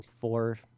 four